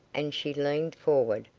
and she leaned forward,